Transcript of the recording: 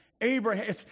Abraham